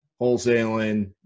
wholesaling